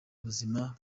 buzima